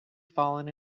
fallen